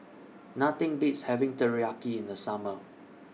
Nothing Beats having Teriyaki in The Summer